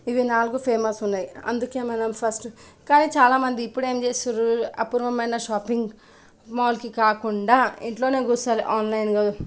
ఇవి నాలుగు ఫేమస్ ఉన్నాయి అందుకే మనం ఫస్టు కానీ చాలా మంది ఇప్పుడు ఏం చేస్తుర్రు అపూర్వమైన షాపింగ్ మాల్కి కాకుండా ఇంట్లోనే కూర్చోని ఆన్లైన్లో